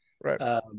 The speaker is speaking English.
right